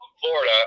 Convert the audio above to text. Florida